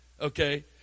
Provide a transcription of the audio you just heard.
Okay